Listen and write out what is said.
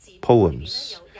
poems